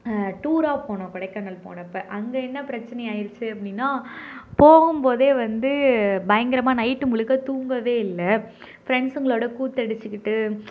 டூராக போனோம் கொடைக்கானல் போனப்போ அங்கே என்ன பிரச்சனை ஆயிடிச்சு அப்படின்னா போகும்போதே வந்து பயங்கரமாக நைட் முழுக்க தூங்கவே இல்லை ஃபிரென்ட்சுங்களோடு கூத்தடிச்சுக்கிட்டு